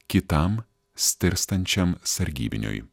kitam stirstančiam sargybiniui